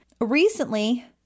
Recently